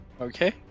Okay